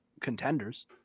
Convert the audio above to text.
contenders